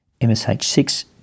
MSH6